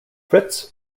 fritz